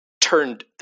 turned